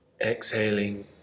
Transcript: exhaling